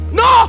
no